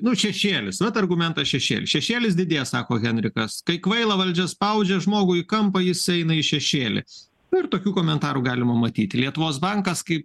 nu šešėlis vat argumentas šešėlis šešėlis didėja sako henrikas kai kvaila valdžia spaudžia žmogų į kampą jis eina į šešėlį ir tokių komentarų galima matyti lietuvos bankas kaip